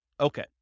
Okay